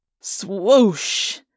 Swoosh